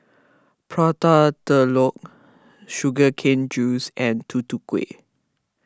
Prata Telur Sugar Cane Juice and Tutu Kueh